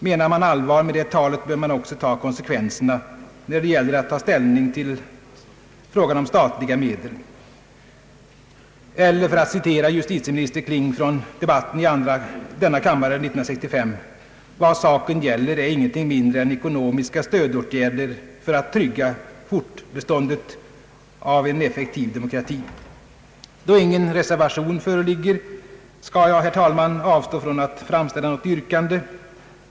Menar man allvar med det talet, bör man också ta konsekvenserna när det gäller att ta ställning till frågan om statliga medel. Eller för att citera justitieminister Kling från debatten i denna kammare 1965: » Vad saken gäller är ——— ingenting mindre än ekonomiska stödåtgärder för att trygga fortbeståndet av en effektiv demokrati.» Då ingen reservation föreligger, skall jag, herr talman, avstå från att framställa något yrkande.